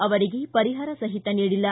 ಅವರಿಗೆ ಪರಿಹಾರ ಸಹಿತ ನೀಡಿಲ್ಲ